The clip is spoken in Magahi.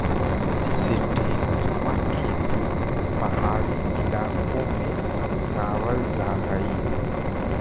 सीढ़ीनुमा खेती पहाड़ी इलाकों में अपनावल जा हई